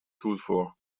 sulfur